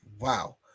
Wow